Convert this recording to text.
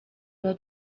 your